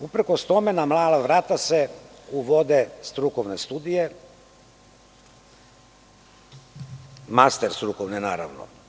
Uprkos tome na mala vrata se uvode strukovne studije, master strukovne naravno.